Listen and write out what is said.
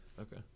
Okay